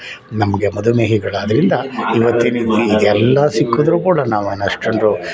ನಮಗೆ ಮಧುಮೇಹಿಗಳಾದ್ದರಿಂದ ಈವತ್ತಿನ ಇವೆಲ್ಲ ಸಿಕ್ಕಿದ್ದರೂ ಕೂಡ ನಾವು ಅಷ್ಟೊಂದು